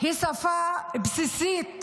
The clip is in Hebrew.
היא שפה בסיסית,